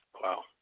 Wow